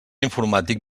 informàtic